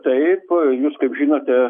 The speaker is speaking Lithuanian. taip jūs kaip žinote